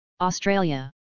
Australia